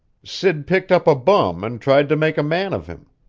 sid picked up a bum and tried to make a man of him.